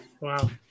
wow